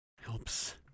Helps